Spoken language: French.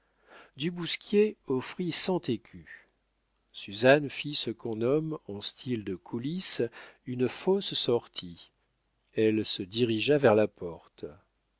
du bousquier offrit cent écus suzanne fit ce qu'on nomme en style de coulisse une fausse sortie elle se dirigea vers la porte